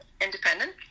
independent